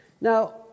Now